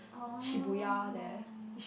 oh